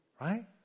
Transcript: Right